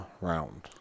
round